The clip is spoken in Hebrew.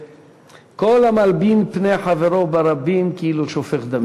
והרי כל המלבין פני חברו ברבים כאילו שופך דמו.